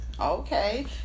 Okay